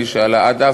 מי שעלה עד אז,